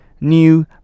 new